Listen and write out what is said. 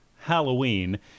Halloween